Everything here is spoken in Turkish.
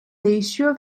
değişiyor